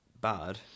bad